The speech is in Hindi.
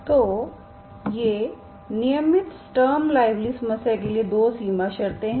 तो ये नियमित स्टर्म लुइविल समस्या के लिए 2 सीमा शर्तें हैं